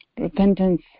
Repentance